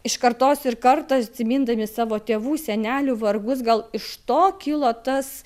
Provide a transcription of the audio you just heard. iš kartos ir kartos atsimindami savo tėvų senelių vargus gal iš to kilo tas